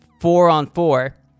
four-on-four